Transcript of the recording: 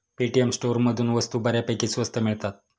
Paytm स्टोअरमधून वस्तू बऱ्यापैकी स्वस्त मिळतात